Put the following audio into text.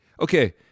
Okay